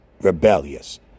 rebellious